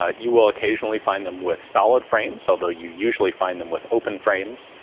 ah you will occasionally find them with solid frames, although you usually find them with open frames.